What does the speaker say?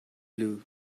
blue